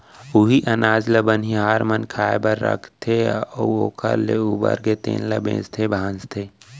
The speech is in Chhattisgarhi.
उहीं अनाज ल बनिहार मन खाए बर राखथे अउ ओखर ले उबरगे तेन ल बेचथे भांजथे